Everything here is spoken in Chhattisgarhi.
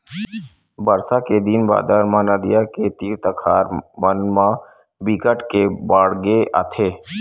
बरसा के दिन बादर म नदियां के तीर तखार मन म बिकट के बाड़गे आथे